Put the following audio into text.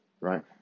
right